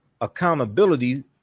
Accountability